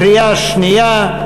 קריאה שנייה.